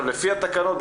לפי התקנות,